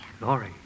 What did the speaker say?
Laurie